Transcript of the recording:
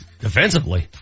Defensively